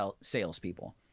salespeople